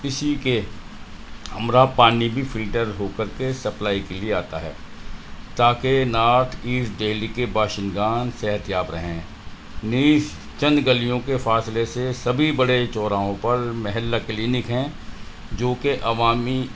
اسی کے ہمراہ پانی بھی فلٹر ہو کر کے سپلائی کے لیے آتا ہے تاکہ نارتھ ایسٹ دہلی کے باشندگان صحتیاب رہیں نیز چند گلیوں کے فاصلے سے سبھی بڑے چوراہوں پر محلہ کلینک ہیں جو کہ عوامی